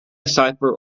cipher